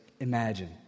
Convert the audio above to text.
imagine